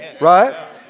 Right